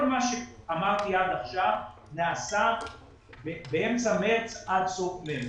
כל מה שאמרתי עד עכשיו נעשה באמצע מארס עד סוף מארס,